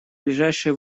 ближайшие